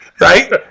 right